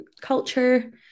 culture